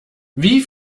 wie